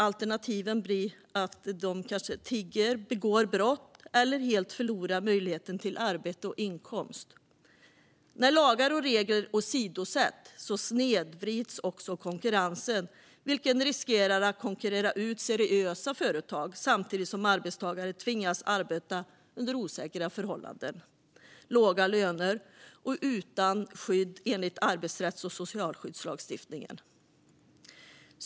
Alternativet kan bli att tigga, begå brott eller helt förlora möjligheten till arbete och inkomst. När lagar och regler åsidosätts snedvrids också konkurrensen, vilket riskerar att konkurrera ut seriösa företag samtidigt som arbetstagare tvingas arbeta under osäkra förhållanden, till låga löner och utan skydd enligt arbetsrätts och socialskyddslagstiftningen.